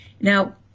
now